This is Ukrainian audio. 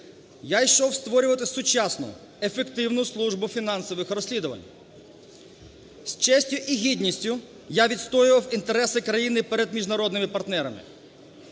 я йшов створювати сучасну, ефективну службу фінансових розслідувань. З честю і гідністю я відстоював інтереси країни перед міжнародними партнерами.